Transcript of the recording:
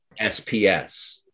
SPS